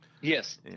yes